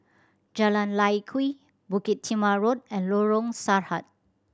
Jalan Lye Kwee Bukit Timah Road and Lorong Sarhad